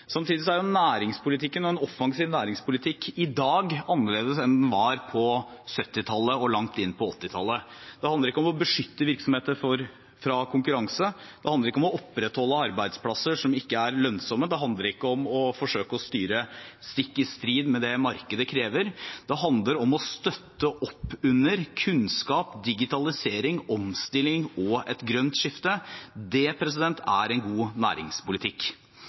Samtidig er næringspolitikken og en offensiv næringspolitikk i dag annerledes enn den var på 1970-tallet og langt inn på 1980-tallet. Det handler ikke om å beskytte virksomheter mot konkurranse, det handler ikke om å opprettholde arbeidsplasser som ikke er lønnsomme, det handler ikke om å forsøke å styre stikk i strid med det markedet krever, det handler om å støtte opp under kunnskap, digitalisering, omstilling og et grønt skifte. Det er en god næringspolitikk.